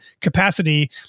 capacity